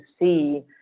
see